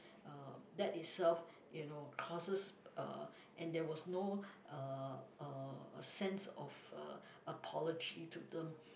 uh that itself you know causes uh and there was no uh uh sense of uh apology to them